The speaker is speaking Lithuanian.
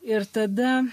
ir tada